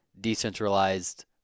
decentralized